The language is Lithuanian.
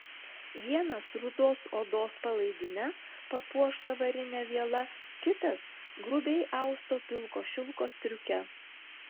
vienas rudos odos palaidine papuošta varine viela kitas grubiai austo pilko šilko striuke